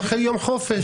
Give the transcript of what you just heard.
וזה ייקח יום חופש.